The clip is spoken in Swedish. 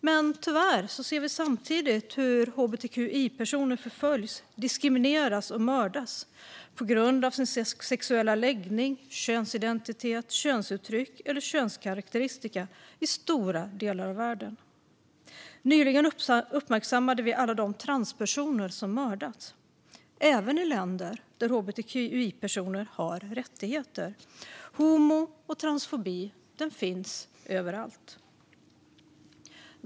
Men tyvärr ser vi samtidigt hur hbtqi-personer förföljs, diskrimineras och mördas på grund av sin sexuella läggning, könsidentitet, könsuttryck eller könskarakteristika i stora delar av världen. Nyligen uppmärksammade vi alla de transpersoner som mördats, även i länder där hbtqi-personer har rättigheter. Homo och transfobi finns överallt.